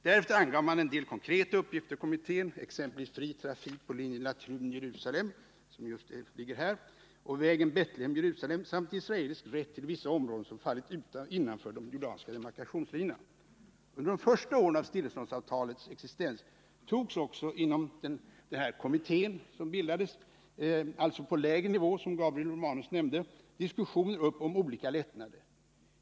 Därefter angav man en del konkreta uppgifter för kommittén, exempelvis fri trafik på linjen Latrun-Jerusalem och vägen Betlehem-Jerusalem samt israelisk rätt till vissa områden som fallit innanför den jordanska demarkationslinjen. Under de första åren av stilleståndsavtalets existens togs också inom denna kommitté, alltså på lägre nivå som Gabriel Romanus nämnde, diskussioner upp om olika lättnader.